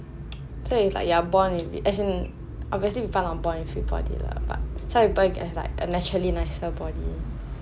so it's like you are born with it as in obviously we can't be born with a fit body lah but some people you can have like a naturally nicer body